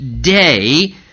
day